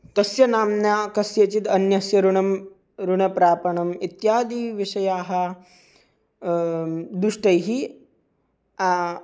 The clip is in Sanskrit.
तस्य नाम्ना कस्यचित् अन्यस्य ऋणं ऋणप्रापणम् इत्यादिविषयाः दुष्टैः